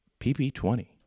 PP20